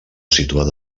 situat